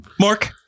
Mark